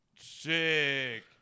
sick